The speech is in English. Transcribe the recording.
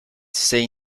say